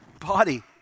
body